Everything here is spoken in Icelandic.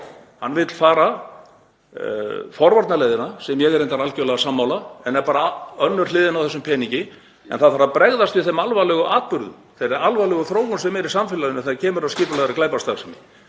Hann vill fara forvarnaleiðina, sem ég er reyndar algjörlega sammála en er bara önnur hliðin á peningnum. Það þarf að bregðast við þeim alvarlegu atburðum og þeirri alvarlegu þróun sem er í samfélaginu þegar kemur að skipulagðri glæpastarfsemi.